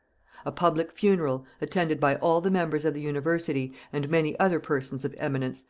a public funeral, attended by all the members of the university and many other persons of eminence,